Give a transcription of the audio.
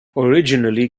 originally